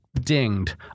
dinged